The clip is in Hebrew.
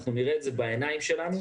אנחנו נראה את זה בעיניים שלנו.